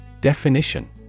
Definition